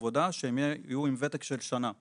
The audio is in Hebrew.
העבודה שהם גם יהיו עם ותק של שנה לפחות.